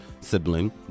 sibling